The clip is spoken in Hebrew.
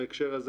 בהקשר הזה